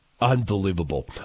Unbelievable